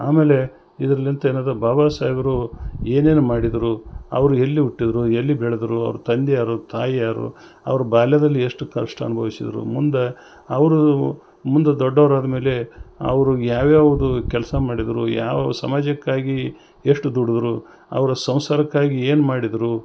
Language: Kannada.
ಆಮೇಲೆ ಇದ್ರಲಿಂತ ಏನಾದ್ರು ಬಾಬಾ ಸಾಹೇಬ್ರು ಏನೇನು ಮಾಡಿದರು ಅವ್ರು ಎಲ್ಲಿ ಹುಟ್ಟಿದ್ರು ಎಲ್ಲಿ ಬೆಳೆದ್ರು ಅವ್ರ ತಂದೆ ಯಾರು ತಾಯಿ ಯಾರು ಅವ್ರ ಬಾಲ್ಯದಲ್ಲಿ ಎಷ್ಟು ಕಷ್ಟ ಅನುಭವಿಸಿದ್ರು ಮುಂದೆ ಅವರು ಮುಂದೆ ದೊಡ್ಡವ್ರು ಆದಮೇಲೆ ಅವರು ಯಾವಯಾವ್ದು ಕೆಲಸ ಮಾಡಿದರು ಯಾವ ಸಮಾಜಕ್ಕಾಗಿ ಎಷ್ಟು ದುಡಿದ್ರು ಅವರ ಸಂಸಾರಕ್ಕಾಗಿ ಏನು ಮಾಡಿದರು